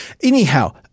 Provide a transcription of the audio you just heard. Anyhow